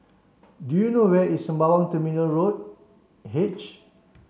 do you know where is Sembawang Terminal Road H